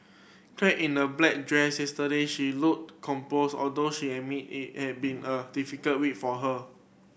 clad in a black dress yesterday she looked composed although she admitted it had been a difficult week for her